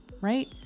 Right